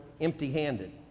empty-handed